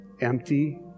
empty